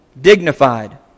dignified